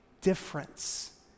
difference